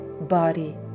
body